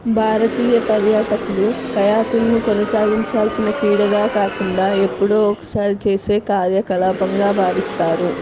భారతీయ పర్యాటకులు కయాకింగ్ను కొనసాగించాల్సిన క్రీడగా కాకుండా ఎప్పుడో ఒకసారి చేసే కార్యకలాపంగా భావిస్తారు